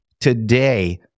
today